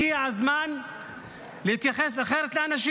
הגיע הזמן להתייחס לאנשים אחרת.